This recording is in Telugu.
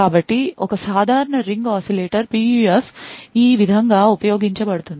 కాబట్టి ఒక సాధారణ రింగ్ oscillator PUF ఈ విధంగా ఉపయోగించబడుతుంది